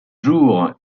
jour